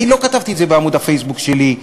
אני לא כתבתי את זה בעמוד הפייסבוק שלי,